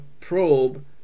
probe